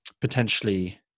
potentially